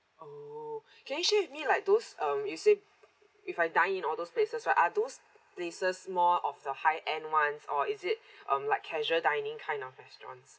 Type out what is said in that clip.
oh can you share with me like those um you say if I dine in all those places right are those places more of the high end ones or is it um like casual dining kind of restaurants